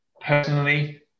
Personally